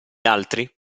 altri